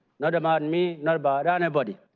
not about and me, not about anybody.